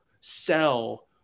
sell